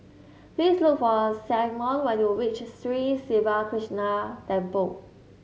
please look for Symone when you reach Sri Siva Krishna Temple